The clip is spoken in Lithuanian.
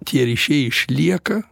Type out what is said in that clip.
tie ryšiai išlieka